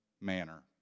manner